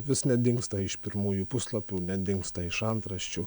vis nedingsta iš pirmųjų puslapių nedingsta iš antraščių